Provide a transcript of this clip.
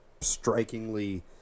strikingly